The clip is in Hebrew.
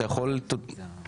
אתה יכול להקים ממשלה.